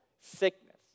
sickness